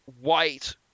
white